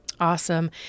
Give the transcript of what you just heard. Awesome